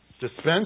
Dispense